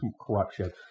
corruption